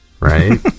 right